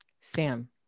Sam